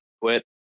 quit